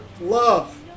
love